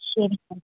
சரிங்க